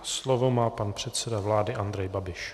Slovo má pan předseda vlády Andrej Babiš.